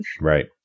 Right